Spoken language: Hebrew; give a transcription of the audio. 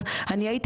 אחריות.